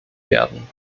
werden